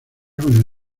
con